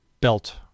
belt